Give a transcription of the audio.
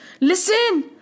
Listen